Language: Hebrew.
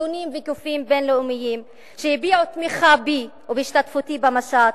ארגונים וגופים בין-לאומיים הביעו תמיכה בי ובהשתתפותי במשט,